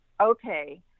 okay